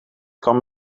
kan